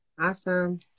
Awesome